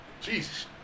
Jesus